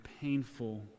painful